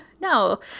No